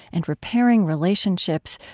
and repairing relationships,